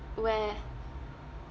where